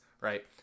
right